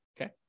okay